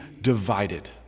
divided